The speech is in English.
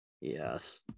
yes